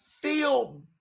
feel